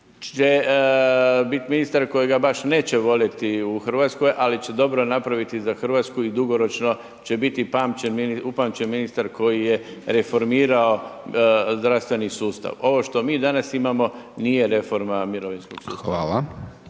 će bit ministar kojega baš neće voljeti u Hrvatskoj, ali će dobro napraviti za Hrvatsku i dugoročno će biti upamćen ministar koji je reformirao zdravstveni sustav. Ovo što mi danas imamo nije reforma mirovinskog sustava. **Hajdaš